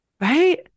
right